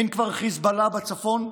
אין כבר חיזבאללה בצפון?